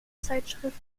zeitschrift